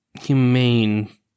humane